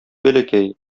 бәләкәй